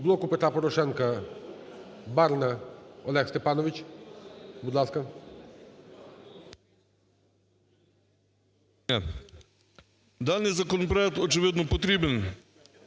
Даний законопроект очевидно потрібен